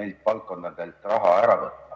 neilt valdkondadelt raha ära võtta.